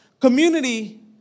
community